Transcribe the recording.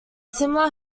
similar